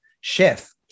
chef